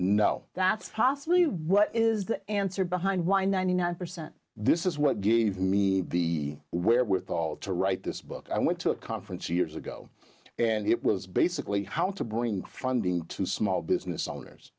possibly what is the answer behind why ninety nine percent this is what gave me the wherewithal to write this book i went to a conference years ago and it was basically how to bring funding to small business owners